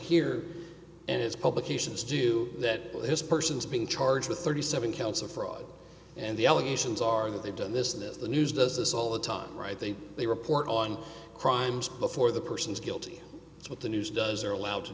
here and it's publications do that this person is being charged with thirty seven counts of fraud and the allegations are that they've done this in the news does this all the time right they they report on crimes before the person is guilty what the news does they're allowed to